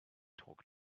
talk